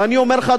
אני אומר לך,